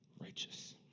righteous